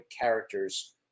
characters